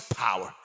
power